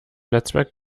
netzwerk